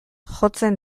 jotzen